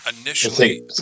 initially